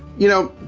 you know,